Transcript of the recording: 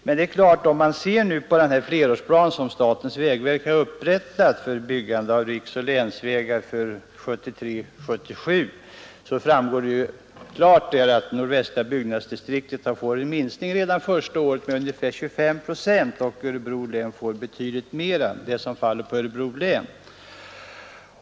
26 april 1973 Av den flerårsplan som statens vägverk upprättat för byggande av riksoch länsvägar för åren 1973—1977 framgår klart att nordvästra byggnadsdistriktet får en minskning redan första året med ungefär 25 procent. För Örebro län blir minskningen betydligt större.